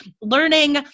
learning